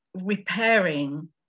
repairing